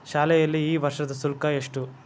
ಶಾಲೆಯಲ್ಲಿ ಈ ವರ್ಷದ ಶುಲ್ಕ ಎಷ್ಟು?